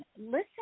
listen